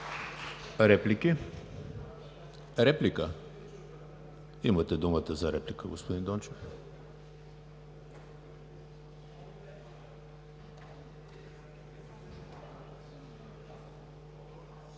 Симеонов. Реплика? Имате думата за реплика, господин Дончев.